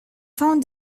found